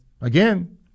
again